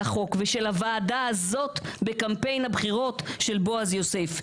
החוק ושל הוועדה הזאת בקמפיין הבחירות של בועז יוסף,